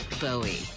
Bowie